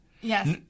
Yes